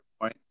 point